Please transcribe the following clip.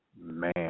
Man